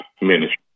Ministry